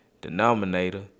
denominator